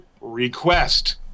request